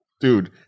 Dude